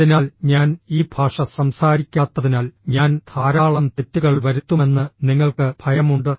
അതിനാൽ ഞാൻ ഈ ഭാഷ സംസാരിക്കാത്തതിനാൽ ഞാൻ ധാരാളം തെറ്റുകൾ വരുത്തുമെന്ന് നിങ്ങൾക്ക് ഭയമുണ്ട്